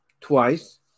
twice